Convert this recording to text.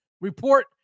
report